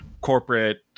corporate